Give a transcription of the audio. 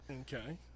Okay